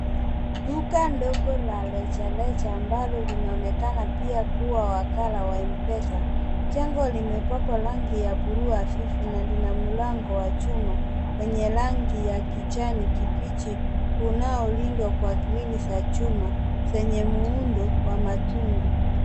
Duka ndogo la rejareja ambalo linaonekana pia kuwa wakala wa M-Pesa. Jengo limepakwa rangi ya buluu hafifu na lina mlango wa chuma wenye rangi ya kijani kibichi unaolindwa kwa grili za chuma zenye muundo wa matundu.